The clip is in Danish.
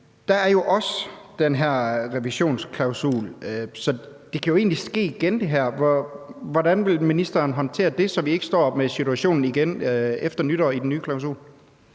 at der jo også er den her revisionsklausul. Så det her kan egentlig ske igen. Hvordan vil ministeren håndtere det, så vi ikke står med situationen igen efter nytår med den nye klausul?